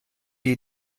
die